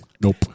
Nope